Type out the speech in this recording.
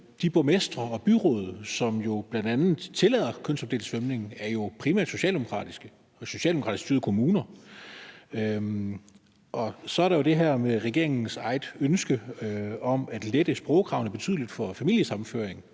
de borgmestre og byråd, som bl.a. tillader kønsopdelt svømning, er jo primært socialdemokratiske og socialdemokratisk styrede kommuner. Og så er der det her med regeringens eget ønske om at lette sprogkravene betydeligt for familiesammenføring